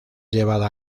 llevada